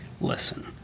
Listen